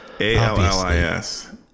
A-L-L-I-S